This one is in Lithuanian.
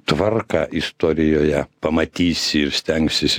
tvarką istorijoje pamatysi ir stengsiesi